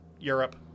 Europe